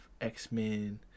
X-Men